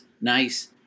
nice